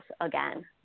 again